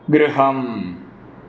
गृहम्